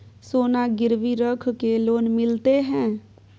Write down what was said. सोना गिरवी रख के लोन मिलते है?